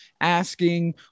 asking